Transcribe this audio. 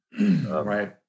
Right